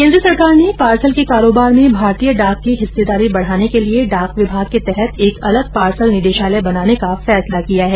केन्द्र सरकार ने पार्सल के कारोबार में भारतीय डाक की हिस्सेदारी बढ़ाने के लिए डाक विभाग के तहत एक अलग पार्सल निदेशालय बनाने का फैसला किया है